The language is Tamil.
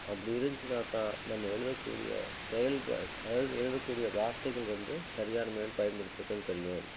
அப்படி இருந்துச்சினா தான் நம்ம எழுதக் கூடிய செயல்பா ஸ் அதாவது எழுதக் கூடிய வார்த்தைகள் வந்து சரியான முறையில் பயன்படுத்தியிருக்குன்னு தெரியும்